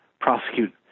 prosecute